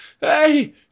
hey